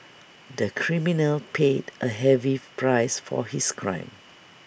the criminal paid A heavy price for his crime